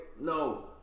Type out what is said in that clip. no